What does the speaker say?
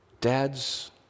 Dad's